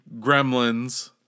Gremlins